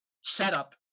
setup